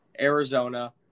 Arizona